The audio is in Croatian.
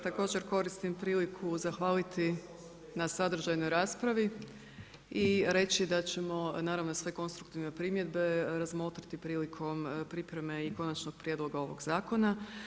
Također koristim priliku zahvaliti na sadržajnoj raspravi i reći da ćemo naravno, sve konstruktivne primjedbe razmotriti prilikom pripreme i konačnog prijedloga ovog zakona.